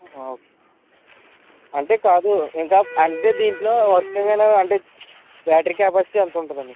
okay అంటే కాదు ఇంకా అంటే దీంట్లో వర్క్ ఏదైనా అంటే బ్యాటరీ కెపాసిటీ ఎంత ఉంటుందని